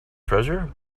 treasure